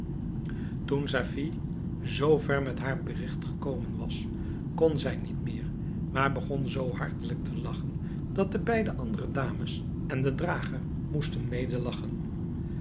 toen safie zoo ver met haar berigt gekomen was kon zij niet meer maar begon zoo hartelijk te lagchen dat de beide andere dames en de drager moesten